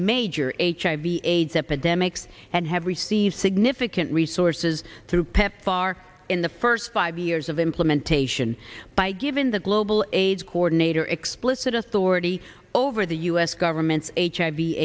major hiv aids epidemic and have received significant resources through pepfar in the first five years of implementation by given the global aids coordinator explicit authority over the u s government's h